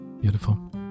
beautiful